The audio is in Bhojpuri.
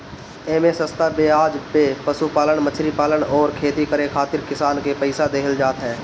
एमे सस्ता बेआज पे पशुपालन, मछरी पालन अउरी खेती करे खातिर किसान के पईसा देहल जात ह